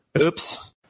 Oops